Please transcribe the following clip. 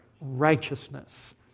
righteousness